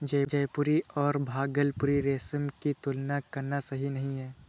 जयपुरी और भागलपुरी रेशम की तुलना करना सही नही है